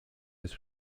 jest